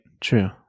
True